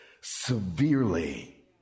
severely